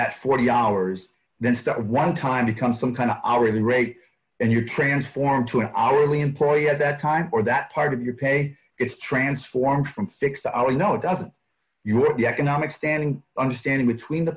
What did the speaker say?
at forty hours then start one time become some kind of already rate and you're transformed to an hourly employee at that time or that part of your pay is transformed from six hour you know doesn't you have the economic standing understanding between the